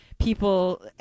people